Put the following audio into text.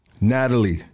Natalie